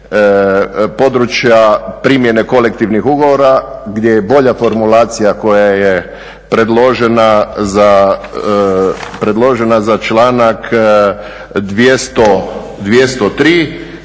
područja primjene kolektivnih ugovora gdje je bolja formulacija koja je predložena za članak 203.i